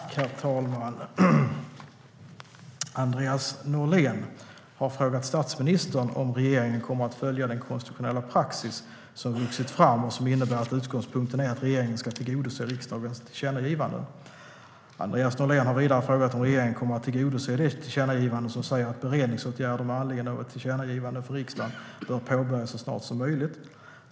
Herr talman! Andreas Norlén har frågat statsministern om regeringen kommer att följa den konstitutionella praxis som vuxit fram och som innebär att utgångspunkten är att regeringen ska tillgodose riksdagens tillkännagivanden. Andreas Norlén har vidare frågat om regeringen kommer att tillgodose det tillkännagivande som säger att beredningsåtgärder med anledning av ett tillkännagivande från riksdagen bör påbörjas så snart som möjligt.